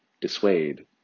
dissuade